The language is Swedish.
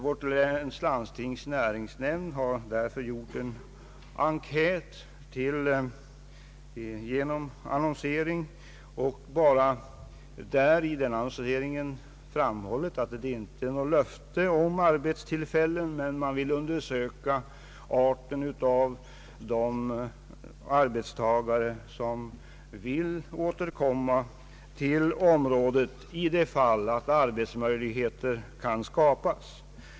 Vårt läns landstings näringsnämnd har därför gjort en enkät genom annonsering och har i denna annonsering framhållit, att det inte är fråga om något löfte om arbetstillfällen men att man vill undersöka vilka arbetstagare som önskar återkomma till området i de fall arbetsmöjligheter kan skapas.